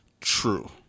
True